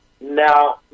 Now